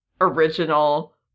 original